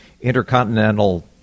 intercontinental